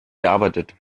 bearbeitet